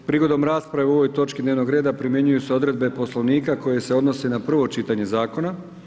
Prigodom rasprave o ovoj točci dnevnog reda primjenjuju se odredbe Poslovnika koji se odnosi na prvo čitanje zakona.